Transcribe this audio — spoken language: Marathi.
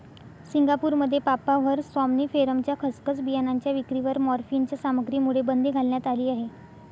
सिंगापूरमध्ये पापाव्हर सॉम्निफेरमच्या खसखस बियाणांच्या विक्रीवर मॉर्फिनच्या सामग्रीमुळे बंदी घालण्यात आली आहे